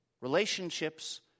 relationships